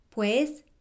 Pues